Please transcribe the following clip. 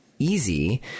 easy